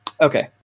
Okay